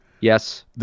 Yes